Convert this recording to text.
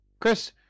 Chris